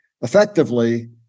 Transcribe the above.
effectively